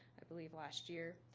i believe last year.